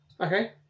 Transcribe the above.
okay